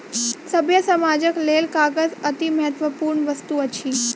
सभ्य समाजक लेल कागज अतिमहत्वपूर्ण वस्तु अछि